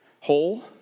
hole